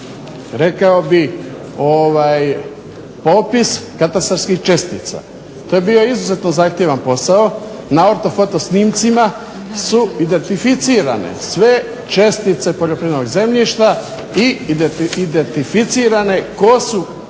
rekao bih popis katastarskih čestica. To je bio izuzetno zahtjevan posao. Na orto foto snimcima su identificirane sve čestice poljoprivrednog zemljišta i identificirani tko su